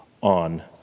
on